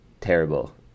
terrible